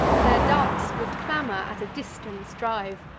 their darts with clamor at a distance drive,